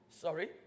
Sorry